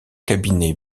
cabinet